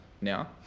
now